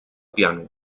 piano